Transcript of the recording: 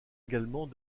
également